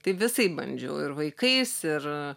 tai visaip bandžiau ir vaikais ir